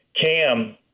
Cam